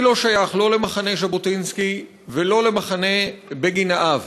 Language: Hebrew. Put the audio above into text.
אני לא שייך לא למחנה ז'בוטינסקי ולא למחנה בגין האב,